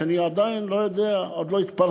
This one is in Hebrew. שאני עדיין לא יודע עוד לא התפרסם.